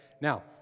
Now